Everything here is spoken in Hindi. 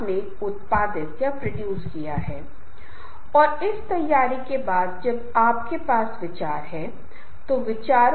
और वास्तव में जीवन सार्थक होना चाहिए लोगों का कहना है कि जीवन सफल होना चाहिए और संचार निश्चित रूप से बहुत महत्वपूर्ण भूमिका निभा रहा है जहां तक सफलता का संबंध है